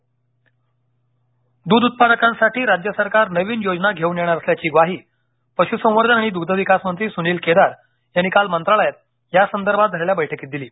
दूध द्ध उत्पादकांसाठी राज्य सरकार नवीन योजना घेऊन येणार असल्याची ग्वाही पशुसंवर्धन आणि द्ग्ध विकास मंत्री सुनील केदार यांनी काल मंत्रालयात या संदर्भात झालेल्या बैठकीत दिली